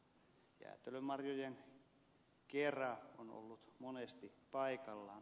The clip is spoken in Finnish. jäätelö marjojen kera on ollut monesti paikallaan